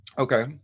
Okay